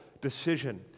decision